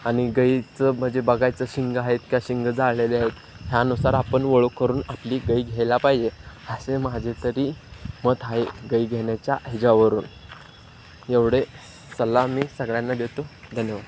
आणि गाईचं म्हणजे बघायचं शिंग आहेत का शिंग जाळलेले आहेत ह्यानुसार आपण ओळख करून आपली गाय घ्यायला पाहिजे असे माझे तरी मत आहे गाय घेण्याच्या ह्याच्यावरून एवढे सल्ला मी सगळ्यांना देतो धन्यवाद